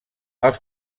els